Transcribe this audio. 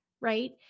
right